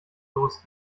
los